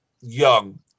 young